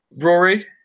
Rory